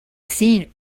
seen